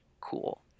cool